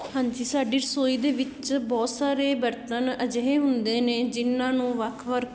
ਹਾਂਜੀ ਸਾਡੀ ਰਸੋਈ ਦੇ ਵਿੱਚ ਬਹੁਤ ਸਾਰੇ ਬਰਤਨ ਅਜਿਹੇ ਹੁੰਦੇ ਨੇ ਜਿਨ੍ਹਾਂ ਨੂੰ ਵੱਖ ਵੱ